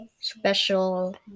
special